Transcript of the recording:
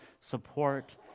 support